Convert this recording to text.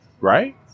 right